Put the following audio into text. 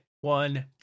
one